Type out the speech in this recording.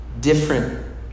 Different